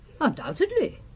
Undoubtedly